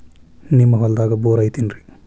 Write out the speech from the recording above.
ನಿಮ್ಮ ಹೊಲ್ದಾಗ ಬೋರ್ ಐತೇನ್ರಿ?